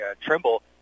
Trimble